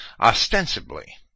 Ostensibly